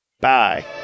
Bye